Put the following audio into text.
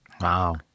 wow